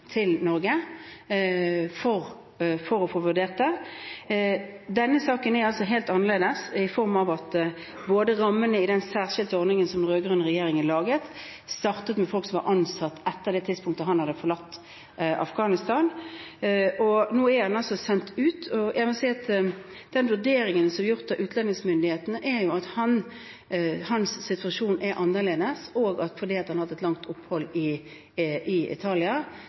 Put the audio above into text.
Norge for å få en vurdering. Denne saken er helt annerledes i form av at rammene i den særskilte ordningen som den rød-grønne regjeringen laget, startet med folk som ble ansatt etter det tidspunktet han hadde forlatt Afghanistan. Nå er han sendt ut, og jeg må si at den vurderingen som er gjort av utlendingsmyndighetene, er at hans situasjon er annerledes, og at fordi han har hatt et langt opphold i Italia,